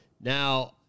now